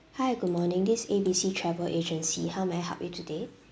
hi good morning this A B C travel agency how may I help you today